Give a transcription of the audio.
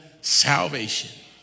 salvation